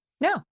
No